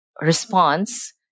response